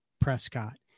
prescott